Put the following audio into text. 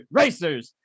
racers